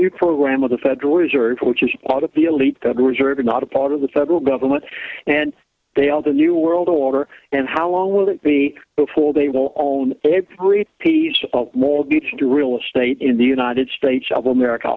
new program of the federal reserve which is part of the elite the reserve is not a part of the federal government and they all the new world order and how long will it be before they will own a piece of mortgage and a real estate in the united states of america